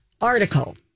article